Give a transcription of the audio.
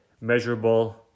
measurable